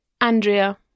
Andrea